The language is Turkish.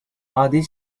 adil